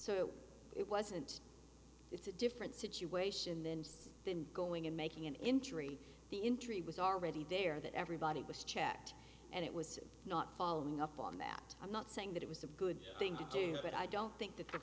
so it wasn't it's a different situation than them going in making an entry the entry was already there that everybody was checked and it was not following up on that i'm not saying that it was a good thing to do but i don't think that the